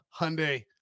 hyundai